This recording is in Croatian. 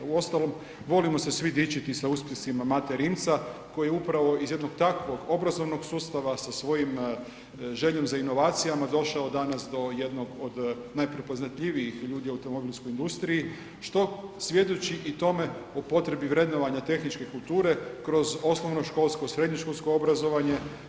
A uostalom, volimo se svi dičiti sa uspjesima Mate Rimca koji je upravo iz jednog takvog obrazovnog sustava sa svojom željom za inovacijama došao danas do jednog od najprepoznatljivijih ljudi u automobilskoj industriji što svjedoči i tome o potrebi vrednovanja tehničke kulture kroz osnovnoškolsko, srednjoškolsko obrazovanje.